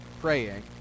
praying